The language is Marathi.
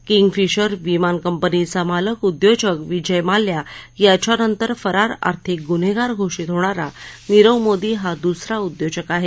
किंगफिशर विमान कंपनीचा मालक उद्योजक विजय मल्ल्या याच्यानंतर फरार आर्थिक गुन्हेगार घोषीत होणारा नीरव मोदी हा दुसरा उद्योजक आहे